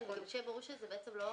כן, ברור שזה לא בעצם רטרואקטיבית.